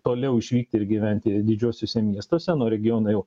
toliau išvykti ir gyventi didžiuosiuose miestuose na o regionai jau